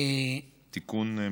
א.